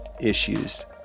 issues